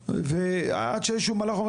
ועד שאיזשהו מלאך אומר